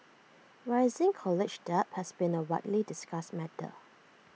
rising college debt has been A widely discussed matter